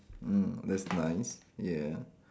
mm that's nice yeah